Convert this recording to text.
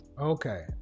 Okay